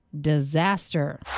Disaster